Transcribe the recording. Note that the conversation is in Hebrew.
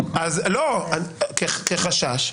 לא, כחשש.